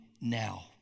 now